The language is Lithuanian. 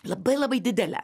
labai labai didelę